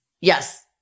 Yes